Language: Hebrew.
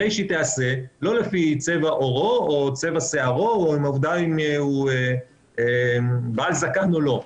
הרי שהיא תיעשה לא לפי צבע עורו או צבע שערו או האם בעל זקן או לא.